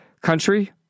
country